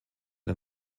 der